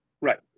right